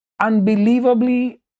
unbelievably